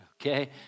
okay